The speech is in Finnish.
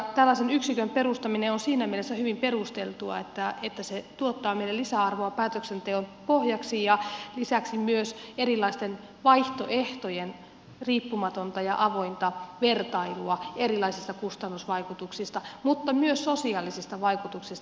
tällaisen yksikön perustaminen on siinä mielessä hyvin perusteltua että se tuottaa meille lisäarvoa päätöksenteon pohjaksi ja lisäksi myös erilaisten vaihtoehtojen riippumatonta ja avointa vertailua erilaisista kustannusvaikutuksista mutta myös sosiaalisista vaikutuksista